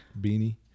Beanie